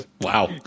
Wow